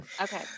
Okay